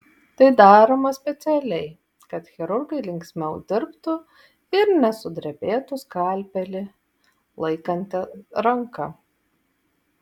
tai daroma specialiai kad chirurgai linksmiau dirbtų ir nesudrebėtų skalpelį laikanti ranka